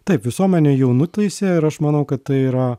taip visuomenė jau nuteisė ir aš manau kad tai yra